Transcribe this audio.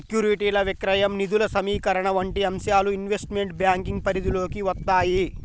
సెక్యూరిటీల విక్రయం, నిధుల సమీకరణ వంటి అంశాలు ఇన్వెస్ట్మెంట్ బ్యాంకింగ్ పరిధిలోకి వత్తాయి